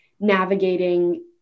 navigating